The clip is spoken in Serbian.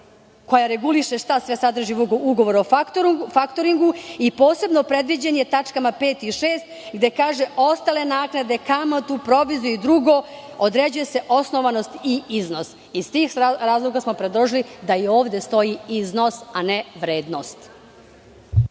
koje regulišu šta sve sadrži ugovor o faktoringu i posebno je predviđen tačkama 5) i 6) gde se kaže da ostale naknade, kamatu, proviziju i drugo, određuju osnovanost i iznos. Iz tih razloga smo predložili da i ovde stoji "iznos" a ne "vrednost".